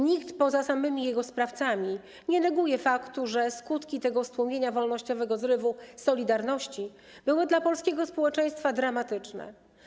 Nikt poza samymi jego sprawcami nie neguje faktu, że skutki tego stłumienia wolnościowego zrywu 'Solidarności' były dla polskiego społeczeństwa dramatyczne.